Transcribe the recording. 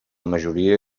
majoria